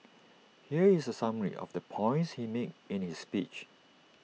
here is A summary of the points he made in his speech